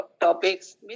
topics